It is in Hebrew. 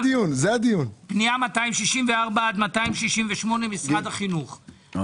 פניות מס' 264 268: משרד החינוך.